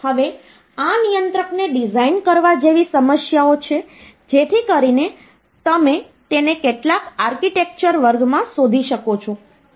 હવે આ નિયંત્રકને ડિઝાઇન કરવા જેવી સમસ્યાઓ છે જેથી કરીને તમે તેને કેટલાક આર્કિટેક્ચર વર્ગમાં શોધી શકો છો